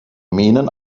minen